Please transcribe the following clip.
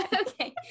Okay